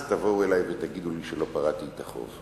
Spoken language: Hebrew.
אז תבואו אלי ותגידו לי שלא פרעתי את החוב.